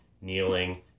kneeling